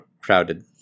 crowded